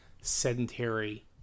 sedentary